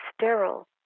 sterile